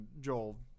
joel